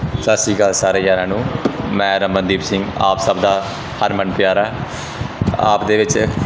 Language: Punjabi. ਸਤਿ ਸ਼੍ਰੀ ਅਕਾਲ ਸਾਰੇ ਯਾਰਾਂ ਨੂੰ ਮੈਂ ਰਮਨਦੀਪ ਸਿੰਘ ਆਪ ਸਭ ਦਾ ਹਰਮਨ ਪਿਆਰਾ ਆਪ ਦੇ ਵਿੱਚ